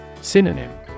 Synonym